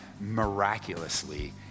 miraculously